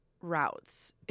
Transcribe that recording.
routes